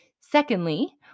Secondly